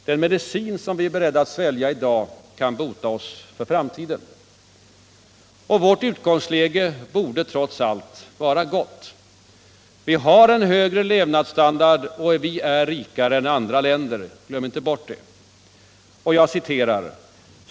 Den medicin vi är beredda att svälja i dag kan bota oss i framtiden. Vårt utgångsläge borde trots allt vara gott. Vi har en högre levnadsstandard och är rikare än andra länder — glöm inte bort det.